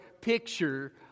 picture